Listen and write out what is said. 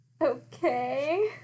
okay